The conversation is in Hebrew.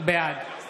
בעד